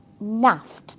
naft